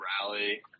rally